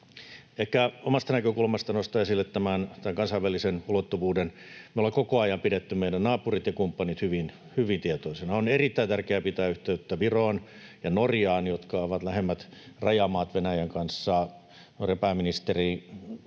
Ehkä omasta näkökulmastani nostan esille tämän kansainvälisen ulottuvuuden. Me ollaan koko ajan pidetty meidän naapurit ja kumppanit hyvin tietoisena. On erittäin tärkeää pitää yhteyttä Viroon ja Norjaan, jotka ovat lähimmät rajamaat Venäjän kanssa. Norjan pääministeri